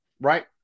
right